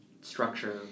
structure